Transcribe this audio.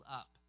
up